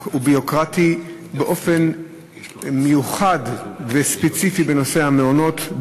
הוא ביורוקרטי באופן מיוחד וספציפי בנושא המעונות,